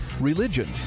religion